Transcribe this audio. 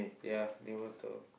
ya name of the towel